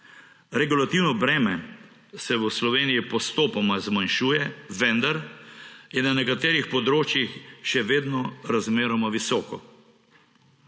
Regulativno breme se v Slovenji postopoma zmanjšuje, vendar je na nekaterih področjih še vedno razmeroma visoko.